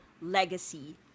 Legacy*